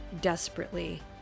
desperately